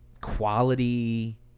quality